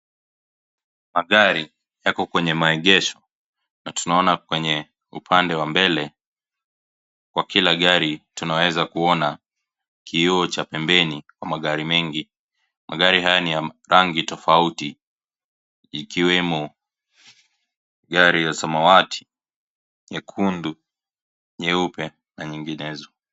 Magari yako kwenye maegesho na tunaona kwenye upande wa mbele kwa kila gari tunaweza kuona kioo cha pembeni ama magari mengi magari haya ni ya rangi tofauti ikiwemo gari ya samawati nyekundu nyeupe na nyinginezo.